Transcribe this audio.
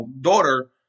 daughter